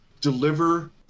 Deliver